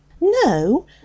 No